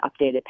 updated